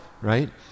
right